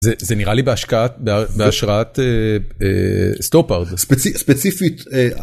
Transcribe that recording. זה נראה לי בהשקעת, בהשראת סטופארד. ספציפית.